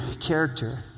character